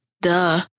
Duh